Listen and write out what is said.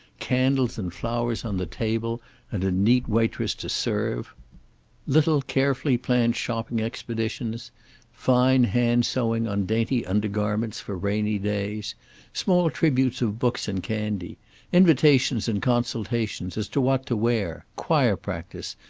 candles and flowers on the table and a neat waitress to serve little carefully planned shopping expeditions fine hand-sewing on dainty undergarments for rainy days small tributes of books and candy invitations and consultations as to what to wear choir practice,